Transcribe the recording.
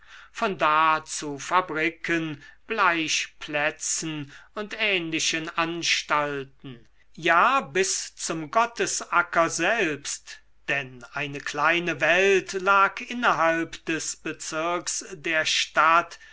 von da zu fabriken bleichplätzen und ähnlichen anstalten ja bis zum gottesacker selbst denn eine kleine welt lag innerhalb des bezirks der stadt